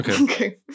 Okay